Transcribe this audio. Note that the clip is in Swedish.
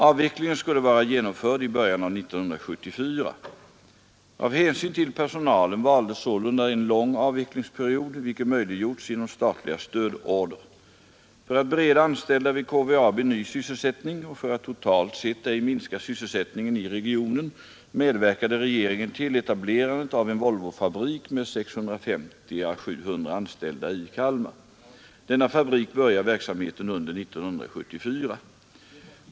Avvecklingen skulle vara genomförd i början av 1974. Av hänsyn till personalen valdes sålunda en lång avvecklingsperiod vilket möjliggjorts genom statliga stödorder. För att bereda anställda vid KVAB ny sysselsättning och för att totalt sett ej minska sysselsättningen i regionen medverkade regeringen till etablerandet av en Volvofabrik med 650—700 anställda i Kalmar. Denna fabrik börjar verksamheten under 1974.